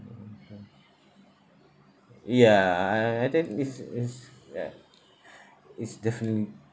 mm okay ya I I think it's it's ya it's definitely